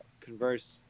converse